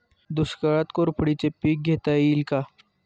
दुष्काळात कोरफडचे पीक घेता येईल का?